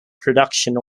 production